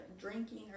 drinking